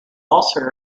also